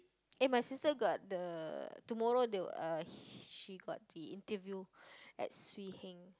eh my sister got the tomorrow the uh h~ she got the interview at Swee-Heng